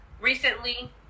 recently